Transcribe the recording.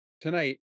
tonight